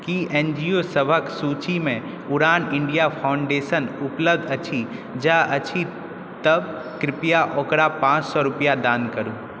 की एनजीओसभक सूचीमे Udaan India Foundation उपलब्ध अछि जँ अछि तऽ कृप्या ओकरा पाँच सए रूपैआ दान करू